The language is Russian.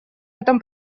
этом